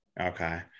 Okay